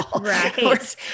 Right